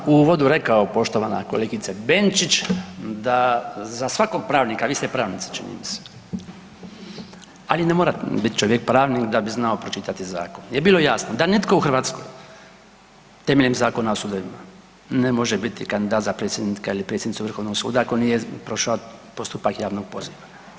Ja sam u uvodu rekao, poštovana kolegice Benčić da za svakog pravnika, a vi ste pravnica, čini mi se, ali ne mora biti čovjek pravnik da bi znao pročitati zakon, je bilo jasno, da nitko u Hrvatskoj temeljem Zakona o sudovima ne može biti kandidat za predsjednika ili predsjednicu Vrhovnog suda ako nije prošao postupak javnog poziva.